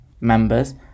members